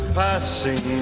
passing